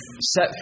set